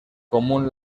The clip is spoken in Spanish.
común